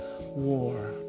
war